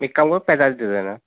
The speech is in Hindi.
एक काम करो पैँतालिस दे देना